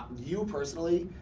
you personally,